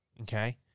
okay